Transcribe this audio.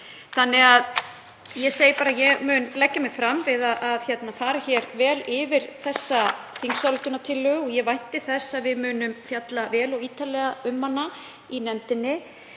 varðar. Ég segi bara: Ég mun leggja mig fram um að fara vel yfir þessa þingsályktunartillögu og ég vænti þess að við munum fjalla vel og ítarlega um hana í nefndinni